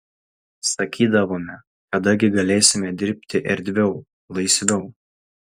sakydavome kada gi galėsime dirbti erdviau laisviau